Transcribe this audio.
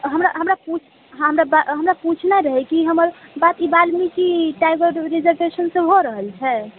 हमरा हमरा पूछ हमरा पूछना रहै की हमर बात ई बाल्मीकि टाइगर रिजर्वेशनसँ भए रहल छै